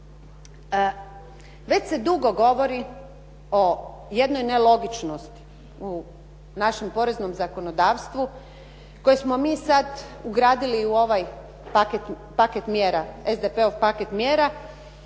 Već se dugo govori o jednoj nelogičnosti u našem poreznom zakonodavstvu koje smo mi sad ugradili u ovaj paket mjera,